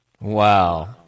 Wow